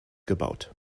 gebaut